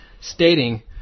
stating